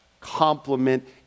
compliment